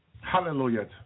Hallelujah